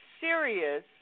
serious